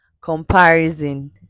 Comparison